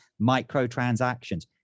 microtransactions